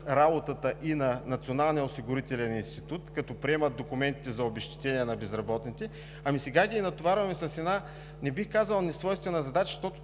институт, като приемат документите за обезщетение на безработните, ами сега ги натоварваме с една, не бих казал несвойствена задача,